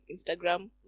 Instagram